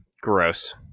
gross